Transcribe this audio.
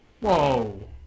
Whoa